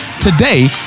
Today